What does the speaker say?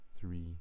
three